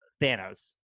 Thanos